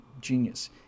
genius